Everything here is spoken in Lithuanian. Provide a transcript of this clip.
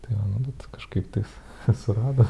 tai va nu bet kažkaip tais surado